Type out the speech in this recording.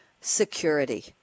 Security